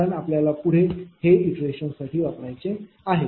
कारण आपल्याला पुढे इटरेशन वापरायचे आहे